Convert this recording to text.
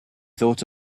thought